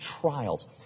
trials